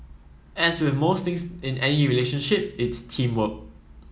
as with most things in any relationship it's teamwork